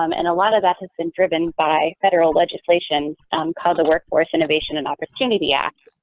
um and a lot of that has been driven by federal legislation called the workforce innovation and opportunity act.